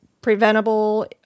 preventable